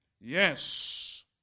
Yes